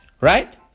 Right